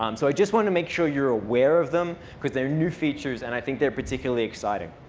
um so i just want to make sure you're aware of them, because they're new features and i think they're particularly exciting.